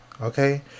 Okay